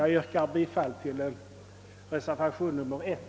Jag yrkar bifall till reservation nr 1.